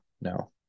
no